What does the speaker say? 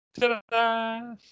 Ta-da